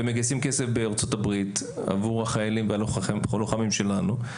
ומגייסים כסף בארצות-הברית עבור החיילים והלוחמים שלנו,